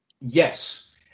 Yes